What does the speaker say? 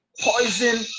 poison